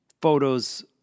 Photos